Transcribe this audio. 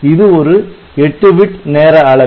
இது ஒரு 8 பிட் நேர அளவி